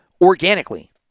organically